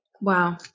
Wow